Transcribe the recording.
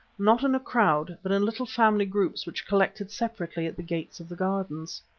not in a crowd, but in little family groups which collected separately at the gates of the gardens.